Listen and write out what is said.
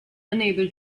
unable